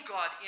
God